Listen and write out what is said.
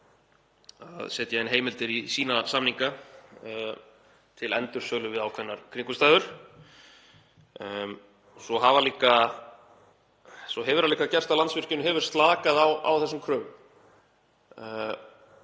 að setja inn heimildir í sína samninga til endursölu við ákveðnar kringumstæður. Svo hefur það líka gerst að Landsvirkjun hefur slakað á þessum kröfum